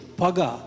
paga